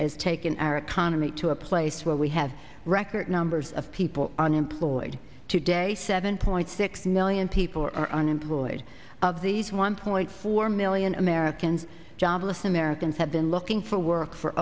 is taken our economy to a place where we have record numbers of people unemployed today seven point six million people are unemployed of these one point four million americans jobless americans have been looking for work for